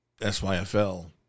syfl